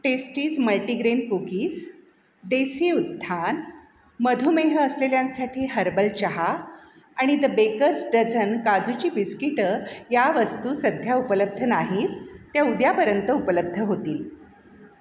testes multigrain cookies Desi Utthan मधुमेह असलेल्यांसाठी herbal चहा आणि द बेकर्स डझन काजूची बिस्किटं या वस्तू सध्या उपलब्ध नाहीत त्या उद्यापर्यंत उपलब्ध होतील